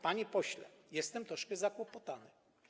Panie pośle, jestem troszkę zakłopotany.